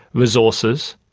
resources,